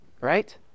right